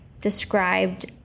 described